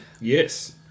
Yes